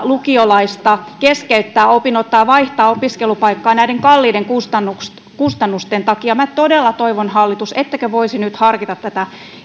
lukiolaista keskeyttää opinnot tai vaihtaa opiskelupaikkaa näiden kalliiden kustannusten takia minä todella toivon hallitus ettekö voisi nyt harkita tätä